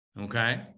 Okay